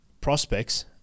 prospects